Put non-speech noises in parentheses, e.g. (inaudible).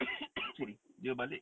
(coughs) sorry dia balik